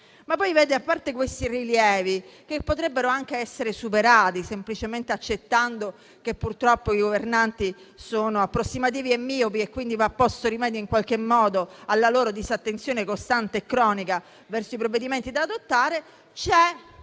rilievi, signor Presidente, che potrebbero anche essere superati, semplicemente accettando che purtroppo i governanti sono approssimativi e miopi, per cui va posto rimedio in qualche modo alla loro disattenzione costante e cronica verso i provvedimenti da adottare, vi